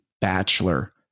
bachelor